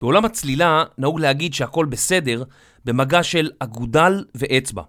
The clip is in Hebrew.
בעולם הצלילה נהוג להגיד שהכל בסדר במגע של אגודל ואצבע.